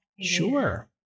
Sure